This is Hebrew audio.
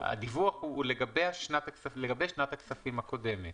הדיווח הוא לגבי שנת הכספים הקודמת.